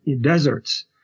deserts